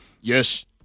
Yes